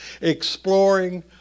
exploring